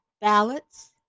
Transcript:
ballots